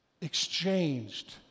exchanged